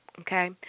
okay